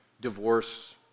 divorce